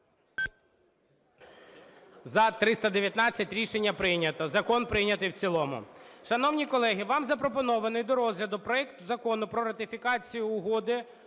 За-319 Рішення прийнято. Закон прийнятий в цілому. Шановні колеги, вам запропонований до розгляду проект Закону про ратифікацію Угоди